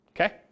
okay